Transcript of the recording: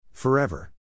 Forever